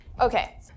Okay